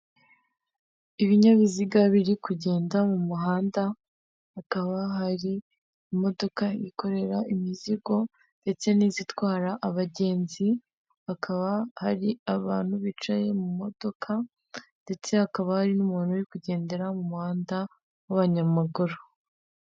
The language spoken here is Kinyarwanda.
Ibinyabiziga biri kugenda mu muhanda hakaba hari imodoka yikorera imizigo ndetse n'izitwara abagenzi, hakaba hari abantu bicaye mu modoka ndetse hakaba hari n'umuntu uri kugendera mu muhanda w'abanyamaguru.